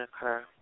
occur